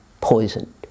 poisoned